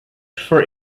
for